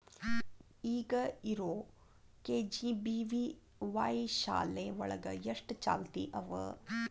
ಈಗ ಇರೋ ಕೆ.ಜಿ.ಬಿ.ವಿ.ವಾಯ್ ಶಾಲೆ ಒಳಗ ಎಷ್ಟ ಚಾಲ್ತಿ ಅವ?